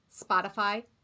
Spotify